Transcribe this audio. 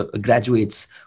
graduates